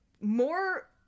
more